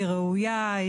היא ראויה,